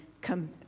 come